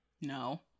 No